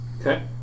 Okay